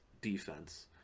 defense